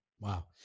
Wow